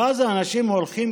ואז אנשים הולכים,